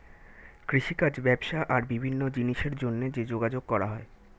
কৃষিকাজ, ব্যবসা আর বিভিন্ন জিনিসের জন্যে যে যোগাযোগ করা হয়